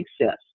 success